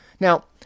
Now